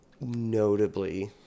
notably